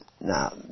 now